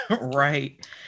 Right